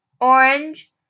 orange